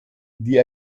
die